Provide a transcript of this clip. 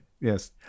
Yes